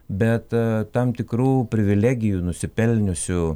bet tam tikrų privilegijų nusipelniusių